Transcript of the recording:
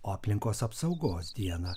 o aplinkos apsaugos dieną